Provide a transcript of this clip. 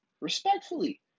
respectfully